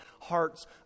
hearts